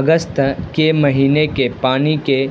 اگست کے مہینے کے پانی کے